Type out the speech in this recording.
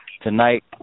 tonight